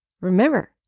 Remember